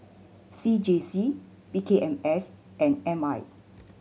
C J C P K M S and M I